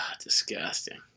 Disgusting